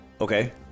okay